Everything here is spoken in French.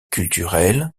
culturelles